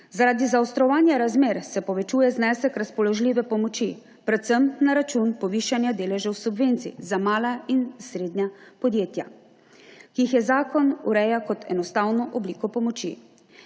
Zaradi zaostrovanja razmer se povečuje znesek razpoložljive pomoči predvsem na račun povišanja deležev subvencij za mala in srednje velika podjetja, ki jih zakon ureja kot enostavno obliko pomoči.